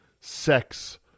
sex